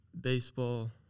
baseball